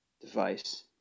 device